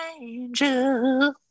angel